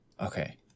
Okay